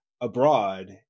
abroad